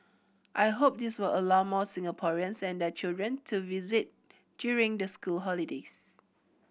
I hope this will allow more Singaporeans and their children to visit during the school holidays